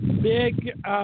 big –